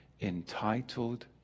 entitled